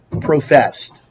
professed